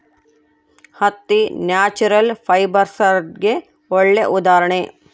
ಹತ್ತಿ ನ್ಯಾಚುರಲ್ ಫೈಬರ್ಸ್ಗೆಗೆ ಒಳ್ಳೆ ಉದಾಹರಣೆ